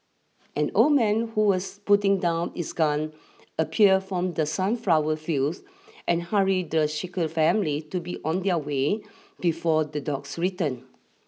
an old man who was putting down its gun appeared from the sunflower fields and hurried the shaker family to be on their way before the dogs return